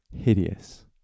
hideous